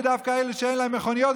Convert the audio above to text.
ודווקא אלה שאין להם מכוניות,